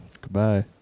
goodbye